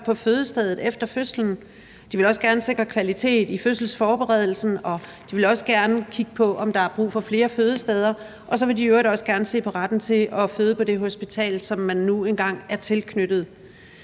på fødestedet efter fødslen. De vil også gerne sikre kvalitet i fødselsforberedelsen, og de vil også gerne kigge på, om der er brug for flere fødesteder. Og så vil de i øvrigt også gerne se på retten til at føde på det hospital, som man nu engang er tilknyttet.